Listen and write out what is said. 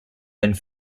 and